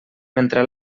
mentre